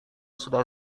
sudah